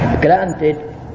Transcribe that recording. Granted